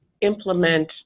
implement